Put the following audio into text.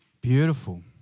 beautiful